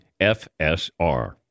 FSR